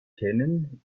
kennen